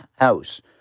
house